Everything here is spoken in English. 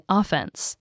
offense